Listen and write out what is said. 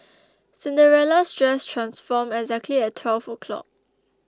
cinderella's dress transformed exactly at twelve o'clock